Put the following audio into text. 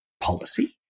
policy